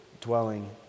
dwelling